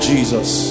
Jesus